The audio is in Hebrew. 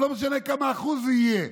לא משנה כמה אחוז יהיה,